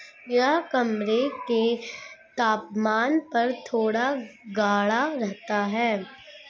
यह कमरे के तापमान पर थोड़ा गाढ़ा रहता है